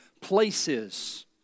places